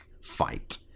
fight